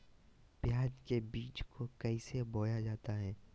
प्याज के बीज को कैसे बोया जाता है?